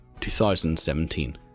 2017